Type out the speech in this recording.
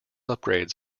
upgrades